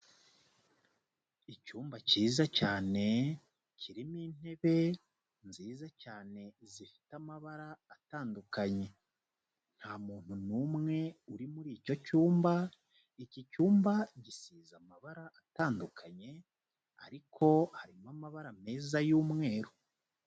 Icyumba kiza cyane kirimo intebe nziza cyane zifite amabara atandukanye. Nta muntu n'umwe uri muri icyo cyumba, iki cyumba gisize amabara atandukanye ariko harimo amabara meza y'umweru.